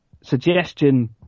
suggestion